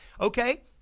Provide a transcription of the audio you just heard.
Okay